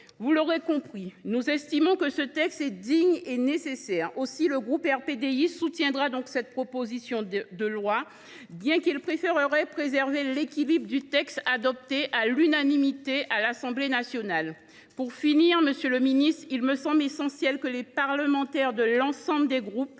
Vous l’aurez compris, nous estimons que ce texte est digne et nécessaire. C’est pourquoi le groupe RDPI soutiendra cette proposition de loi, même s’il préférerait préserver l’équilibre du texte adopté à l’unanimité à l’Assemblée nationale. En conclusion, monsieur le ministre, il me semble essentiel que des parlementaires de tous les groupes